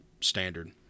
standard